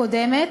הקודמת,